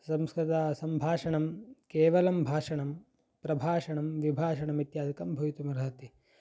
संस्कृतसम्भाषणं केवलं भाषणं प्रभाषणं विभाषणम् इत्यादिकं भवितुम् अर्हति